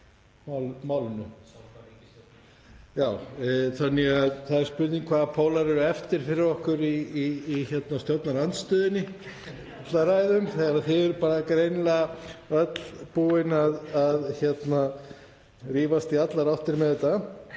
til eru á málinu. Það er spurning hvaða pólar eru eftir fyrir okkur í stjórnarandstöðunni til að ræða um þegar þið eruð greinilega öll búin að rífast í allar áttir með þetta.